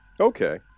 okay